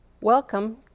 Welcome